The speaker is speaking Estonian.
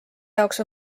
jaoks